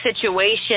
situation